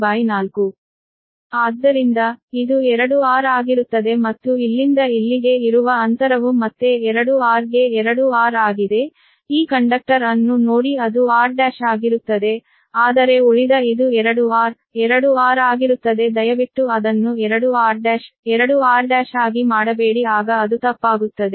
r14 ಆದ್ದರಿಂದ ಇದು 2 r ಆಗಿರುತ್ತದೆ ಮತ್ತು ಇಲ್ಲಿಂದ ಇಲ್ಲಿಗೆ ಇರುವ ಅಂತರವು ಮತ್ತೆ 2 r ಗೆ 2 r ಆಗಿದೆ ಈ ಕಂಡಕ್ಟರ್ ಅನ್ನು ನೋಡಿ ಅದು r ಆಗಿರುತ್ತದೆ ಆದರೆ ಉಳಿದ ಇದು 2 r 2 r ಆಗಿರುತ್ತದೆ ದಯವಿಟ್ಟು ಅದನ್ನು 2 r 2 r ಆಗಿ ಮಾಡಬೇಡಿ ಆಗ ಅದು ತಪ್ಪಾಗುತ್ತದೆ